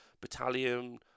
battalion